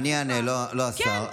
אני אענה, לא השר.